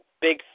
big